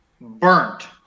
burnt